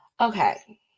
Okay